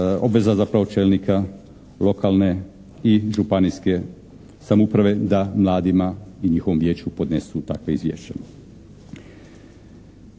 obvezna zapravo čelnika lokalne i županijske samouprave da mladima i njihovom vijeću podnesu takva izvješća.